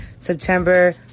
September